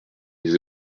les